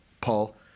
Paul